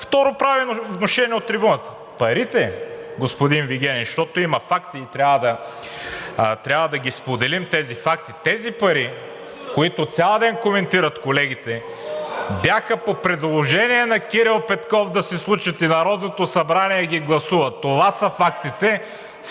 второ – прави внушение от трибуната. Парите, господин Вигенин, защото има факти и трябва да ги споделим тези факти, тези пари, които цял ден коментират колегите, бяха по предложение на Кирил Петков да се случат и Народното събрание ги гласува. Това са фактите!